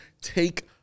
take